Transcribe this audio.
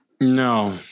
No